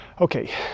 okay